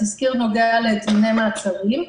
התזכיר נוגע לדיני מעצרים.